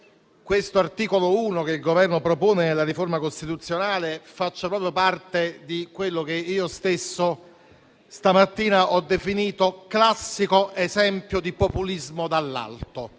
io - l'articolo 1, che il Governo propone con la riforma costituzionale, faccia proprio parte di quello che io stesso stamattina ho definito classico esempio di populismo dall'alto;